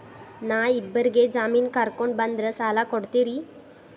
ನಾ ಇಬ್ಬರಿಗೆ ಜಾಮಿನ್ ಕರ್ಕೊಂಡ್ ಬಂದ್ರ ಸಾಲ ಕೊಡ್ತೇರಿ?